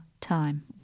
time